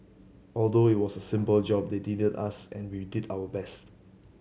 although it was a simple job they deeded us and we did our best